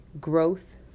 growth